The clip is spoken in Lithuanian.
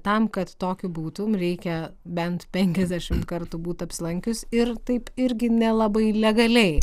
tam kad tokiu būtum reikia bent penkiasdešimt kartų būti apsilankius ir taip irgi nelabai legaliai